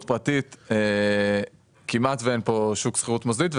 פרטית; כמעט ואין פה שוק שכירות מוסדית,